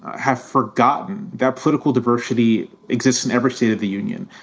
have forgotten that political diversity exists in every state of the union,